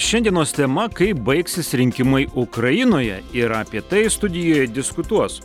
šiandienos tema kaip baigsis rinkimai ukrainoje ir apie tai studijoje diskutuos